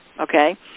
Okay